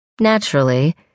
Naturally